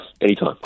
Anytime